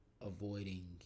avoiding